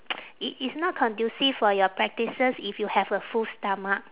i~ it's not conducive for your practices if you have a full stomach